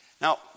Now